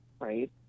right